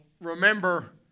remember